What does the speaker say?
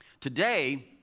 today